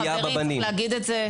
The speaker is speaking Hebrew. חברים צריך להגיד את זה.